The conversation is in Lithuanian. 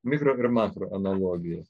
mokro ir makro analogijos